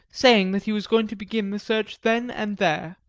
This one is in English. saying that he was going to begin the search then and there.